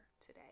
today